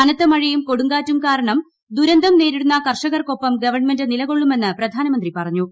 കനത്ത മഴയും കൊടുങ്കാറ്റും കാരണം ദുരന്തം ് നേരിടുന്ന കർഷകർക്കൊപ്പം ഗവൺമെന്റ് നിലകൊള്ളുമെന്ന് പ്രധാനമുന്നി പറഞ്ഞു